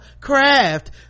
craft